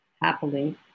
Happily